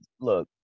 look